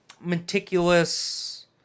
meticulous